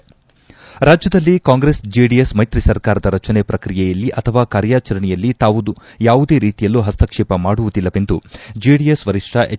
ಸ್ವರ್ ರಾಜ್ಯದಲ್ಲಿ ಕಾಂಗ್ರೆಸ್ ಜೆಡಿಎಸ್ ಮೈತ್ರಿ ಸರ್ಕಾರದ ರಚನೆ ಪ್ರಕ್ರಿಯೆಯಲ್ಲಿ ಅಥವಾ ಕಾರ್ಯಾಚರಣೆಯಲ್ಲಿ ತಾವು ಯಾವುದೇ ರೀತಿಯಲ್ಲೂ ಹಸ್ತಕ್ಷೇಪ ಮಾಡುವುದಿಲ್ಲವೆಂದು ಜೆಡಿಎಸ್ ವರಿಷ್ಠ ಹೆಚ್